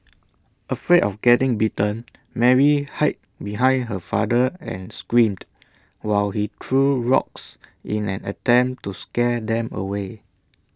afraid of getting bitten Mary hid behind her father and screamed while he threw rocks in an attempt to scare them away